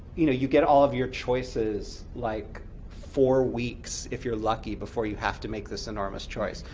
you know you get all of your choices like four weeks, if you're lucky, before you have to make this enormous choice?